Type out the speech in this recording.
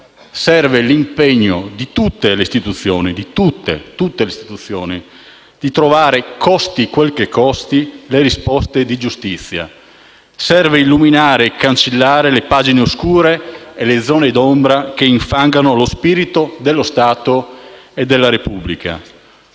serve l'impegno di tutte le istituzioni per trovare, costi quel che costi, le risposte di giustizia. Serve illuminare e cancellare le pagine oscure e le zone d'ombra che infangano lo spirito dello Stato e della Repubblica.